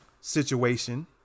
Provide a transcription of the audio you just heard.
Situation